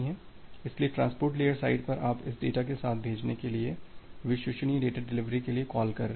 इसलिए transport layer side पर आप इस डेटा के साथ भेजने के लिए विश्वसनीय डेटा डिलीवरी के लिए कॉल कर रहे हैं